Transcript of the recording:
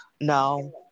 No